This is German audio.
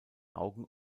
augen